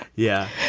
yeah,